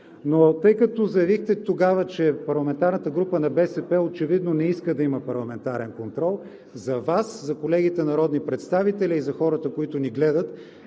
Но тъй като заявихте тогава, че парламентарната група на БСП за България очевидно не иска да има парламентарен контрол – за Вас, за колегите народни представители и за хората, които ни гледат,